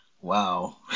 wow